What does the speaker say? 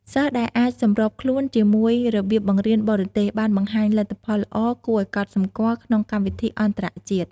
សិស្សដែលអាចសម្របខ្លួនជាមួយរបៀបបង្រៀនបរទេស បានបង្ហាញលទ្ធផលល្អគួរឲ្យកត់សម្គាល់ក្នុងកម្មវិធីអន្តរជាតិ។